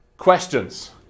Questions